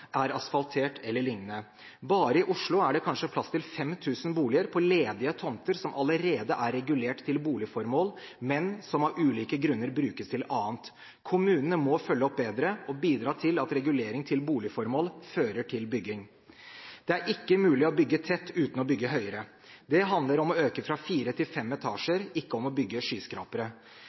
er asfaltert eller lignende, er stort. Bare i Oslo er det kanskje plass til 5 000 boliger på ledige tomter som allerede er regulert til boligformål, men som av ulike grunner brukes til annet. Kommunene må følge opp bedre og bidra til at regulering til boligformål fører til bygging. Det er ikke mulig å bygge tett uten å bygge høyere. Det handler om å øke fra fire etasjer til fem etasjer, ikke om å bygge skyskrapere.